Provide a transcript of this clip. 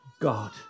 God